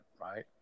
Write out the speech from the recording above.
right